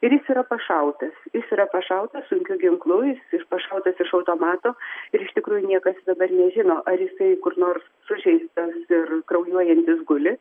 ir jis yra pašautas jis yra pašautas sunkiu ginklu jis pašautas iš automato ir iš tikrųjų niekas dabar nežino ar jisai kur nors sužeistas ir kraujuojantis guli